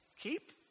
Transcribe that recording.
keep